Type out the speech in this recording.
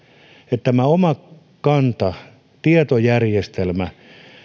että tämä omakanta tietojärjestelmä